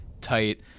tight